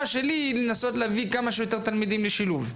שלי היא לנסות להביא כמה שיותר תלמידים לשילוב.